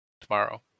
tomorrow